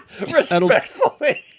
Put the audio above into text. respectfully